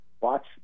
watch